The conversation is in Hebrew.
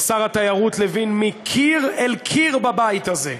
שר התיירות לוין, מקיר אל קיר בבית הזה,